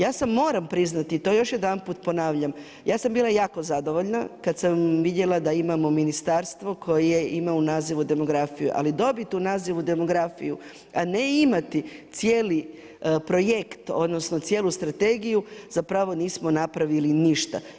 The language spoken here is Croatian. Ja sam, moram priznati i to još jedanput ponavljam, ja sam bila jako zadovoljna kad sam vidjela da imamo ministarstvo koje ima u nazivu demografija, ali dobiti u nazivu demografiju, a ne imati cijeli projekt odnosno strategiju zapravo nismo napravili ništa.